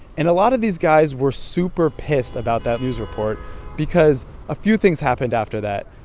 and a lot of these guys were super pissed about that news report because a few things happened after that.